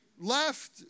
left